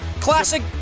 classic